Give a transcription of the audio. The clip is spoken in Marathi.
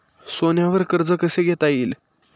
सोन्यावर कर्ज कसे घेता येईल?